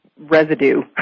residue